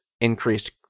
increased